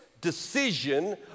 decision